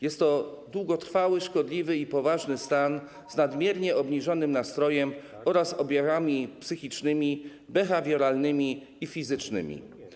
Jest to długotrwały, szkodliwy i poważny stan nadmiernie obniżonego nastroju oraz objawami psychicznymi, behawioralnymi i fizycznymi.